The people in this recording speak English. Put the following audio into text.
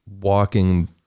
walking